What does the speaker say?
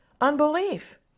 unbelief